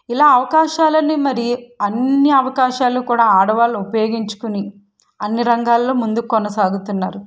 ఇలా అవకాశాలు అన్నీ మరి అన్నీ అవకాశాలు కూడా ఆడవాళ్ళు ఉపయోగించుకుని అన్నీ రంగాలలో ముందు కొనసాగుతున్నారు